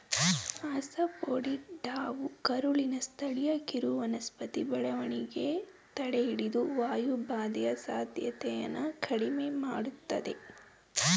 ಅಸಾಫೋಟಿಡಾವು ಕರುಳಿನ ಸ್ಥಳೀಯ ಕಿರುವನಸ್ಪತಿ ಬೆಳವಣಿಗೆ ತಡೆಹಿಡಿದು ವಾಯುಬಾಧೆಯ ಸಾಧ್ಯತೆನ ಕಡಿಮೆ ಮಾಡ್ತದೆ